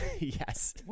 Yes